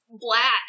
Black